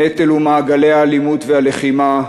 הנטל הוא מעגלי האלימות והלחימה,